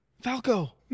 Falco